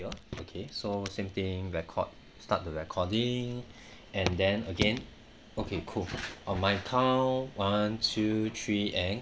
ya okay so same thing record start the recording and then again okay cool on my count one two three and